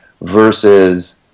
versus